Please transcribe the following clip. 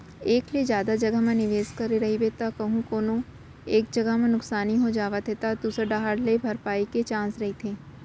एक ले जादा जघा म निवेस करे रहिबे त कहूँ कोनो एक जगा म नुकसानी हो जावत हे त दूसर डाहर ले भरपाई के चांस रहिथे